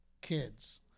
kids